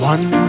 One